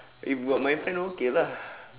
if got my friend okay lah